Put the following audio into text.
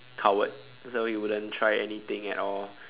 coward so he wouldn't try anything at all